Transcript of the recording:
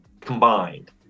combined